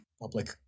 public